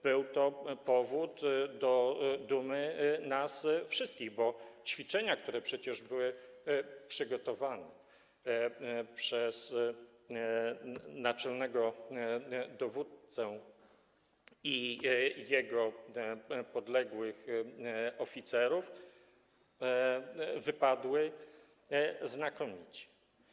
Był to powód do dumy dla nas wszystkich, bo ćwiczenia, które przecież były przygotowane przez naczelnego dowódcę i podległych mu oficerów, wypadły znakomicie.